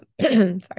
Sorry